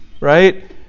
right